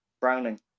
Browning